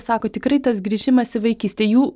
sako tikrai tas grįžimas į vaikystę jų